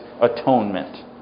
atonement